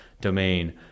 domain